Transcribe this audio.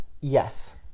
Yes